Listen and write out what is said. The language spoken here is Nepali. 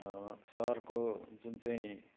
सहरको जुन चाहिँ